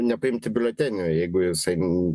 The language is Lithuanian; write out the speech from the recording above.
nepaimti biuletenio jeigu jisai